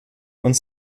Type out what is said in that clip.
und